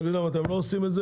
תגידו להם "אתם לא עושים את זה,